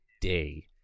day